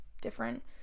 different